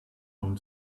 own